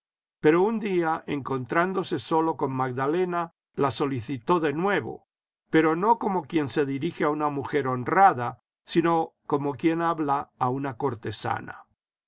pero un día encontrándose solo con magdalena la solicitó de nuevo pero no como quien se dirige a una mujer honrada sino como quien habla a una cortesana